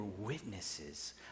witnesses